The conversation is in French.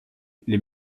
les